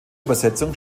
übersetzung